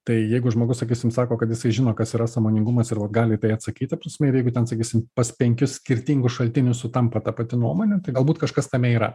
tai jeigu žmogus sakysim sako kad jisai žino kas yra sąmoningumas ir vat gali atsakyt ta prasme ir jeigu ten sakysim pas penkis skirtingus šaltinius sutampa ta pati nuomonė tai galbūt kažkas tame yra